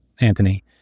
Anthony